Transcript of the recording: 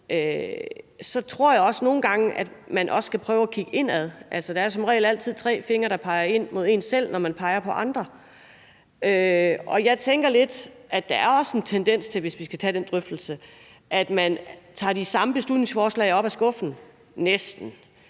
jeg tror, man nogle gange skal prøve at kigge indad. Altså, der er altid tre fingre, der peger mod en selv, når man peger på andre. Jeg tænker også, at der lidt er en tendens til – hvis vi skal tage den drøftelse – at man tager de samme beslutningsforslag, næsten,